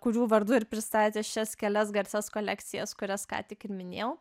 kurių vardu ir pristatė šias kelias garsias kolekcijas kurias ką tik ir minėjau